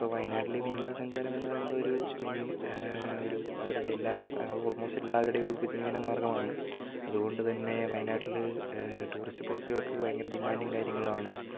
ഇപ്പോൾ വയനാട്ടിൽ വിനോദസഞ്ചാരം എന്ന് പറയുന്നതൊരു മെയിൻ ഒരു അവരുടെ എല്ലാ ആൾമോസ്റ്റ് എല്ലാവരുടെയും ഒരു ഉപജീവന മാർഗ്ഗമാണ് അതുകൊണ്ട് തന്നെ വയനാട്ടിൽ ടൂറിസ്റ്റ് പ്ലെയിസുകൾക്ക് ഭയങ്കര ഡിമാന്റും കാര്യങ്ങളുമാണ്